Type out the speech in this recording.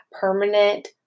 permanent